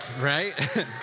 right